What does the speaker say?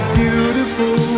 beautiful